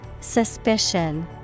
Suspicion